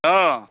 hello